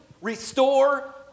restore